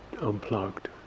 unplugged